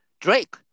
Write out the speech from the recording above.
Drake